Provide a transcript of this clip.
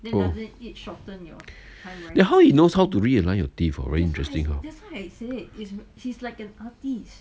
oh then how he knows how to realign your teeth uh very interesting hor